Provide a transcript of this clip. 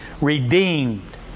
redeemed